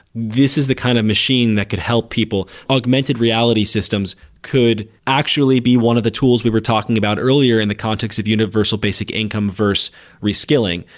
this is the kind of machine that could help people, augmented reality systems could actually be one of the tools we were talking about earlier in the context of universal basic income verse rescaling.